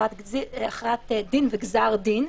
הכרעת דין וגזר דין.